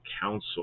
Council